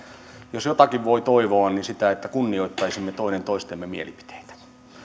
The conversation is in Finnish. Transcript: jos jotakin voi toivoa niin sitä että kunnioittaisimme toinen toistemme mielipiteitä